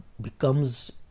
becomes